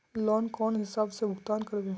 Loan कौन हिसाब से भुगतान करबे?